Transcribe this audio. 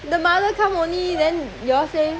the mother come only then they all say